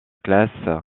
classe